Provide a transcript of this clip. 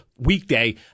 Weekday